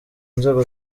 nzego